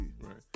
Right